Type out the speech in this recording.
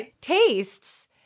tastes